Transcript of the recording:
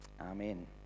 amen